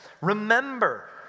Remember